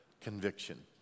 conviction